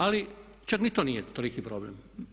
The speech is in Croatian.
Ali čak ni to nije toliki problem.